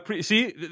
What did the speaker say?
See